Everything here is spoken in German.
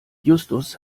justus